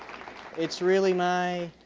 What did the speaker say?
it's really my,